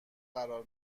قرار